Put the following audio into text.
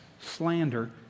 slander